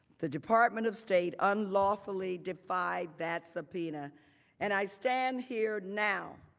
the department of state unlawfully defined that subpoena and i stand here now